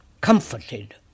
comforted